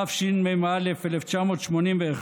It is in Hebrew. תשמ"א 1981,